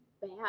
bad